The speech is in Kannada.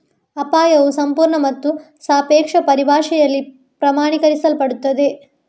ಅಪಾಯವು ಸಂಪೂರ್ಣ ಮತ್ತು ಸಾಪೇಕ್ಷ ಪರಿಭಾಷೆಯಲ್ಲಿ ಪ್ರಮಾಣೀಕರಿಸಲ್ಪಡುತ್ತದೆ